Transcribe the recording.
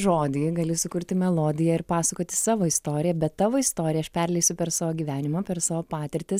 žodį gali sukurti melodiją ir pasakoti savo istoriją bet tavo istoriją aš perleisiu per savo gyvenimą per savo patirtis